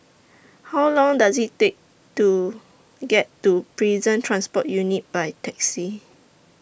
How Long Does IT Take to get to Prison Transport Unit By Taxi